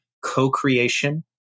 co-creation